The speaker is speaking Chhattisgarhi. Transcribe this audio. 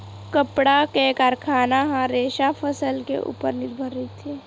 कपड़ा के कारखाना ह रेसा फसल के उपर निरभर रहिथे